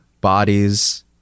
bodies